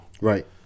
right